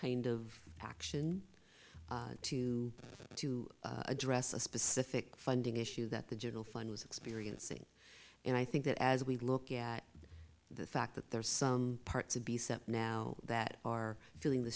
kind of action to to address a specific funding issue that the general fund was experiencing and i think that as we look at the fact that there are some parts of the set now that are feeling the